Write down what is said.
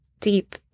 deep